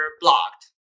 blocked